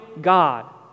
God